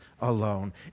alone